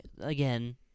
again